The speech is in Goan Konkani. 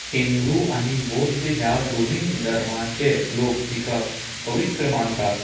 हिंदू आनी बौध्द ह्या दोनूय धर्माचे लोक तिका पवित्र मानतात